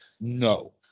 no